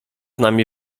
nami